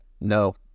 No